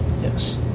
Yes